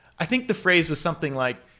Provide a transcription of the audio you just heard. i think the phrase was something like,